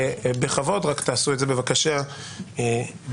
רק תעשו את זה בבקשה בקצרה.